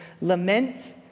Lament